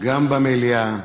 גם במליאה,